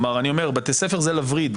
שמחה, בתי ספר זה לווריד.